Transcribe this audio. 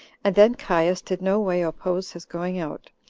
and then caius did no way oppose his going out,